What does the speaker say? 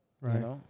right